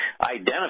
identify